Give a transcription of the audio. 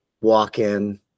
walk-in